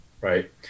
right